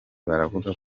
baravuga